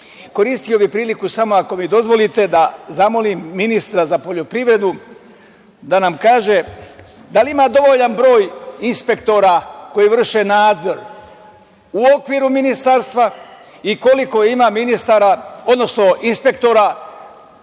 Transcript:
bih priliku samo, ako mi dozvolite, da zamolim ministra za poljoprivredu da nam kaže da li ima dovoljan broj inspektora koji vrše nadzor u okviru Ministarstva i koliko ima ministara, odnosno inspektora